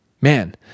man